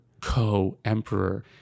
co-emperor